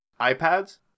iPads